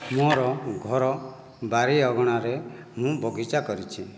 ମୋର ଘର ବାରି ଅଗଣାରେ ମୁଁ ବଗିଚା କରିଛି